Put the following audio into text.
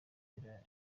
bakenera